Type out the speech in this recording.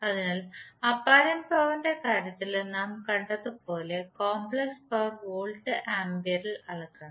അതിനാൽ അപ്പാരന്റ് പവറിന്റെ കാര്യത്തിൽ നാം കണ്ടതുപോലെ കോംപ്ലക്സ് പവർ വോൾട്ട് ആംപിയറിൽ അളക്കുന്നു